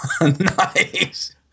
Nice